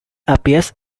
appears